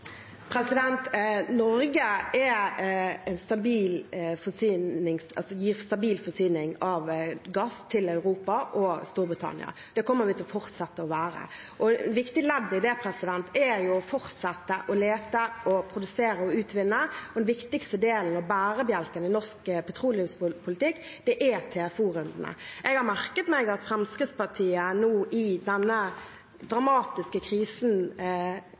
Norge gir stabil forsyning av gass til Europa og Storbritannia. Det kommer vi til å fortsette å gjøre. Et viktig ledd i dette er å fortsette å lete, produsere og utvinne. Den viktigste bærebjelken i norsk petroleumspolitikk er TFO-rundene. Jeg har merket meg at Fremskrittspartiet i den dramatiske krisen